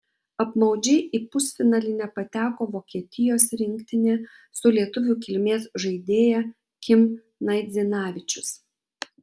apmaudžiai į pusfinalį nepateko vokietijos rinktinė su lietuvių kilmės žaidėja kim naidzinavičius